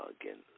Again